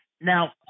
Now